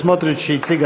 הפוליטי על